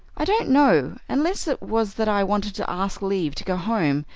i don't know, unless it was that i wanted to ask leave to go home,